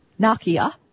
Nokia